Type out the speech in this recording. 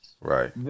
Right